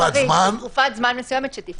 לתקופת זמן מסוימת חודש-חודשיים.